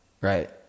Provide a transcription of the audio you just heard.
Right